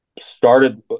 Started